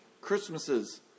Christmases